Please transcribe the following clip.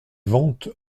ventes